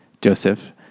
Joseph